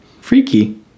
freaky